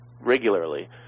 regularly